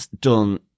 done